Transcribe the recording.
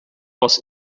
was